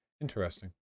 Interesting